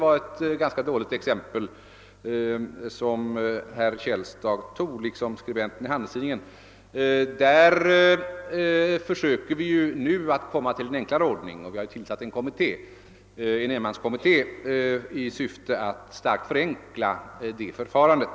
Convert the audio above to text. Det tycker jag dock är ett ganska dåligt valt exempel, eftersom vi här försöker komma fram till en enklare ordning; vi har tillsatt en enmanskommitté i syfte att försöka starkt förenkla det förfarandet.